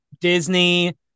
Disney